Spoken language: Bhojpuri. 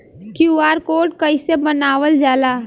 क्यू.आर कोड कइसे बनवाल जाला?